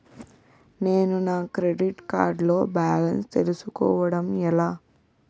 నేను నా credit card లో బాలన్స్ తెలుసుకోవడం ఎలా?